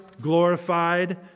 glorified